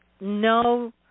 no